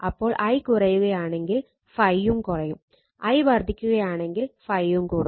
അപ്പോൾ I കുറയുകയാണെങ്കിൽ ∅ യും കുറയും I വർദ്ധിക്കുകയാണെങ്കിൽ ∅ യും കൂടും